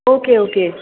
okay okay